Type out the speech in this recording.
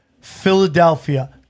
Philadelphia